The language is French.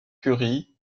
curie